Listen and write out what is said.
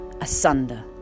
asunder